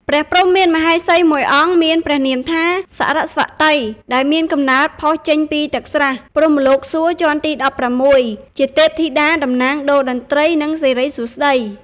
ព្រះព្រហ្ម មានមហាសី១អង្គ មានព្រះនាមថា “សរស្វតី” ដែលមានកំណើតផុសចេញពីទឹកស្រះ ព្រហ្មលោក សួគ៌ជាន់ទី១៦ ជាទេពធិតា តំណាងដូរ្យតន្ត្រី និងសិរីសួស្តី ។